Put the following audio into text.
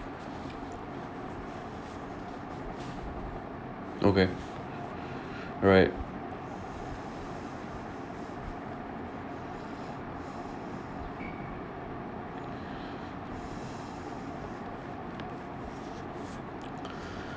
okay right